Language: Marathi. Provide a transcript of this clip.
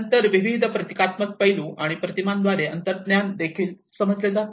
नंतर विविध प्रतीकात्मक पैलू आणि प्रतिमांद्वारे अंतर्ज्ञान देखील समजले जाते